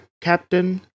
Captain